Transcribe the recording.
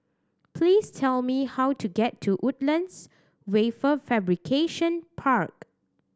please tell me how to get to Woodlands Wafer Fabrication Park